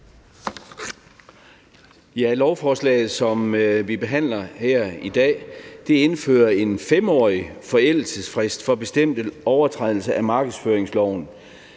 Lovforslaget, som vi behandler her i dag, indfører en 5-årig forældelsesfrist for bestemte overtrædelser af markedsføringsloven